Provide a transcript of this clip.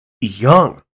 young